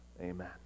Amen